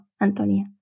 Antonia